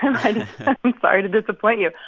and i'm sorry to disappoint you.